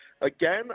again